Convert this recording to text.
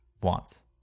wants